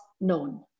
known